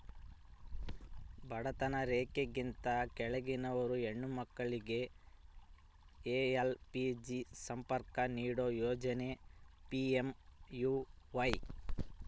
ಬಡತನ ರೇಖೆಗಿಂತ ಕೆಳಗಿರುವ ಹೆಣ್ಣು ಮಕ್ಳಿಗೆ ಎಲ್.ಪಿ.ಜಿ ಸಂಪರ್ಕ ನೀಡೋ ಯೋಜನೆ ಪಿ.ಎಂ.ಯು.ವೈ